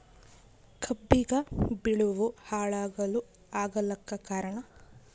ಕಬ್ಬಿಗ ಬಿಳಿವು ಹುಳಾಗಳು ಆಗಲಕ್ಕ ಕಾರಣ?